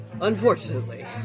Unfortunately